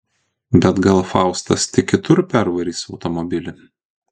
bet gal faustas tik kitur pervarys automobilį